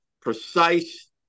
precise